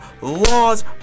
laws